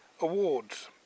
Awards